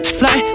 fly